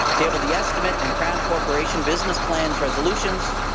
table the estimate and crown corporation business plans resolutions,